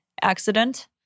accident